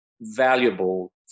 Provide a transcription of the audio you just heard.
valuable